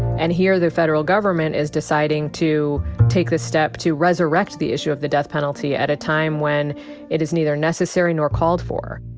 and here, the federal government is deciding to take this step to resurrect the issue of the death penalty at a time when it is neither necessary nor called for.